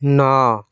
ନଅ